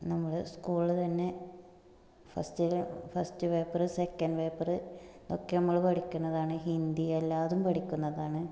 നമ്മൾ സ്കൂളിൽ തന്നെ ഫസ്റ്റിൽ ഫസ്റ്റ് പേപ്പർ സെക്കൻഡ് പേപ്പർ ഇതൊക്കെ നമ്മൾ പഠിക്കുന്നതാണ് ഹിന്ദിയെല്ലാതും പഠിക്കുന്നതാണ്